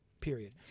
period